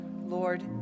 Lord